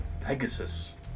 Pegasus